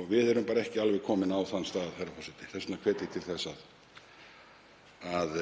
og við erum ekki alveg komin á þann stað. Þess vegna hvet ég til þess að